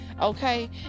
okay